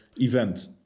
event